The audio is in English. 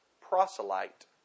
proselyte